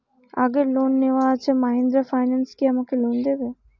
আগের লোন নেওয়া আছে মাহিন্দ্রা ফাইন্যান্স কি আমাকে লোন দেবে?